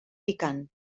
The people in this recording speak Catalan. picant